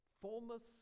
Fullness